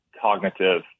cognitive